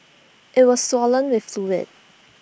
IT was swollen with fluid